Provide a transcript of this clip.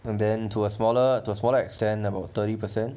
and then to a smaller to smaller extent about thirty percent